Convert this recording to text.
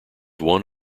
one